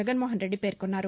జగన్మోహన్రెడ్డి పేర్కొన్నారు